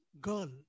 girl